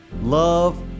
Love